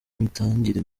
imitangire